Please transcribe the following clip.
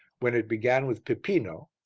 when it began with pipino,